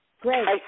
Great